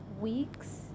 weeks